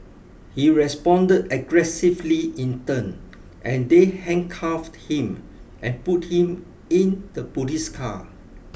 he responded aggressively in turn and they handcuffed him and put him in the police car